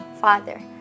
Father